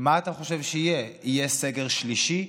מה אתה חושב שיהיה, יהיה סגר שלישי?